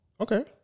Okay